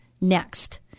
next